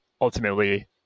ultimately